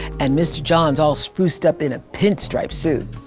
and mr. john's all spruced up in a pin-striped suit.